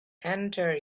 entire